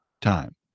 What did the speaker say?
time